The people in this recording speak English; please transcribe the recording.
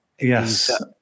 Yes